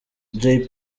jay